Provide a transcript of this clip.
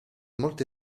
molte